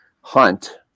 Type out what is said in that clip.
Hunt